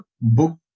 book